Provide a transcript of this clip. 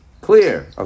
Clear